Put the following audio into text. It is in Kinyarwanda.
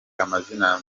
amazina